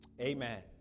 Amen